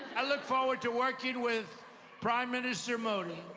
i look forward to working with prime minister modi.